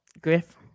griff